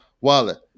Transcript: wallet